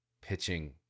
pitching